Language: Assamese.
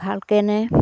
ভালকেনে